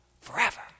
forever